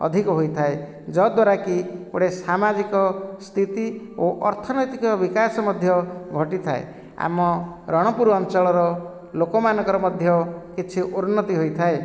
ଅଧିକ ହୋଇଥାଏ ଯାହାଦ୍ୱାରା କି ଗୋଟିଏ ସାମାଜିକ ସ୍ଥିତି ଓ ଅର୍ଥନୈତିକ ବିକାଶ ମଧ୍ୟ ଘଟିଥାଏ ଆମ ରଣପୁର ଅଞ୍ଚଳର ଲୋକମାଙ୍କର ମଧ୍ୟ କିଛି ଉନ୍ନତି ହୋଇଥାଏ